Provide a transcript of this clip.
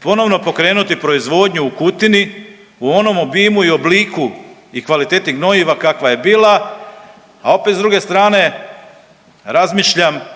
ponovo pokrenuti proizvodnju u Kutini u onom obimu i obliku i kvaliteti gnojiva kakva je bila, a opet s druge strane razmišljam